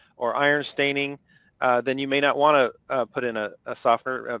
or iron staining then you may not want to put in a ah softener,